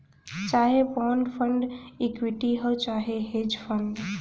चाहे bond fund equity हौ चाहे हेज फ़ंड